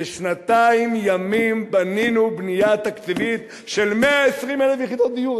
בשנתיים ימים בנינו בנייה תקציבית של 120,000 יחידות דיור,